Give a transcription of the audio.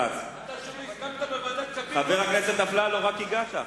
הסכמת בוועדת כספים, חבר הכנסת אפללו, רק הגעת.